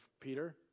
Peter